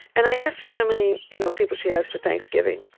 and i asked her how many you know people she has for thanksgiving.